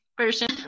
version